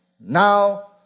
now